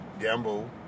gamble